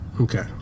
Okay